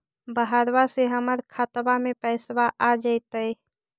बहरबा से हमर खातबा में पैसाबा आ जैतय?